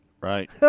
right